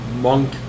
Monk